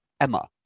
Emma